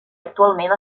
actualment